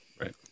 Right